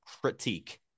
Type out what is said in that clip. critique